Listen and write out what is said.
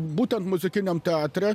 būtent muzikiniam teatre